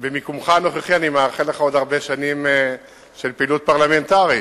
במיקומך הנוכחי אני מאחל לך עוד הרבה שנים של פעילות פרלמנטרית.